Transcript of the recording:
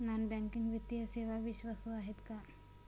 Non banking वित्तीय सेवा विश्वासू आहेत का?